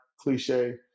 cliche